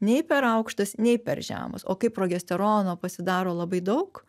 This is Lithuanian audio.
nei per aukštas nei per žemas o kai progesterono pasidaro labai daug